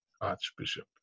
archbishop